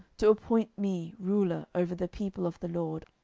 to appoint me ruler over the people of the lord,